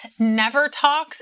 NeverTalks